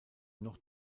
noch